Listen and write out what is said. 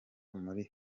muri